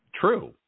true